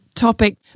topic